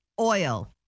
Oil